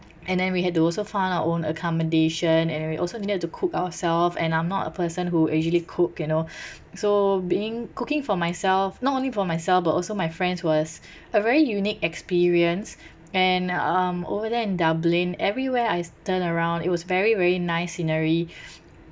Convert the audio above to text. and then we had to also find our own accommodation and we also needed to cook ourself and I'm not a person who actually cook you know so being cooking for myself not only for myself but also my friends was a very unique experience and um over there in dublin everywhere I turn around it was very very nice scenery